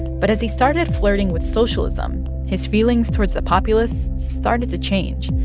but as he started flirting with socialism, his feelings towards the populists started to change.